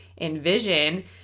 envision